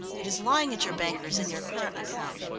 it is lying at your bankers in your current account.